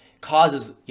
causes